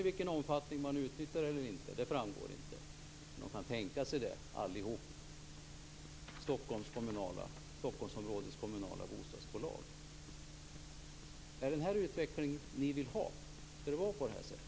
I vilken omfattning de utnyttjar det framgår inte, men allihopa kan tänka sig det. Det gäller Stockholmsområdets kommunala bostadsbolag. Är det denna utveckling ni vill ha? Skall det vara på det här sättet?